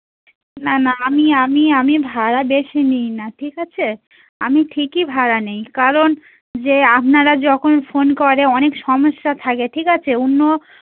না না আমি আমি আমি ভাড়া বেশি নিই না ঠিক আছে আমি ঠিকই ভাড়া নেই কারণ যে আপনারা যখন ফোন করে অনেক সমস্যা থাকে ঠিক আছে অন্য